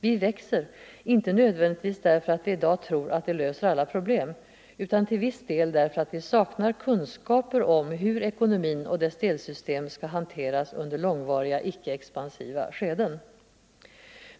Vi växer inte nödvändigtvis därför att vi i dag tror att det löser alla problem, utan till viss del därför att vi saknar kunskaper om hur ekonomin och dess delsystem skall hanteras under långvariga icke-expansiva skeden.